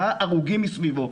ראה הרוגים מסביבו,